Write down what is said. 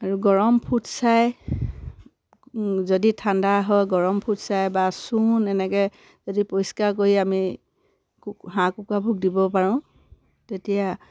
আৰু গৰম ফুটছাই যদি ঠাণ্ডা হয় গৰম ফুটছাই বা চূণ এনেকৈ যদি পৰিষ্কাৰ কৰি আমি হাঁহ কুকুৰাবোৰক দিব পাৰোঁ তেতিয়া